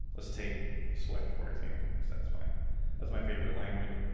let's take swift, for example, because that's my that's my favorite language.